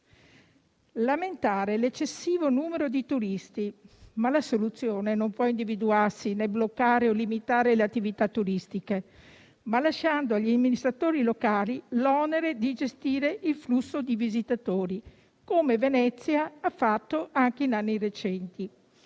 lamentare l'eccessivo numero di turisti, ma la soluzione non può individuarsi nel bloccare o limitare le attività turistiche, ma lasciando agli amministratori locali l'onere di gestire il flusso di visitatori, come Venezia ha fatto anche in anni recenti.